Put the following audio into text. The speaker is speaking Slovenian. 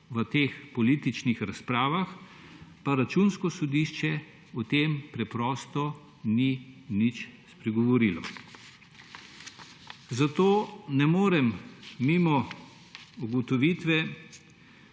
v teh političnih razpravah, pa Računsko sodišče preprosto ni nič spregovorilo. Zato ne morem mimo ugotovitve,